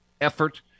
effort